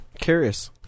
Curious